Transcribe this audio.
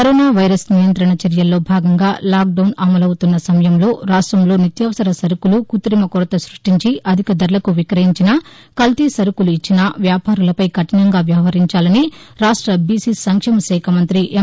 corona virus నియం్రణ చర్యల్లో భాగంగా లాక్డౌన్ అమలవుతున్న సమయంలో రాష్టంలో నిత్యావసర సరకులు కృతిమ కొరత సృష్టించి అధిక ధరలకు విక్రయించినా కల్తీ సరకులు ఇచ్చిన వ్యాపారులపై కఠినంగా వ్యవహరించాలని రాష్ట్ర బీసీ సంక్షేమశాఖ మంత్రి ఎం